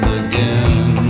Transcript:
again